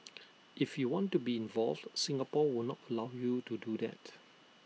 if you want to be involved Singapore will not allow you to do that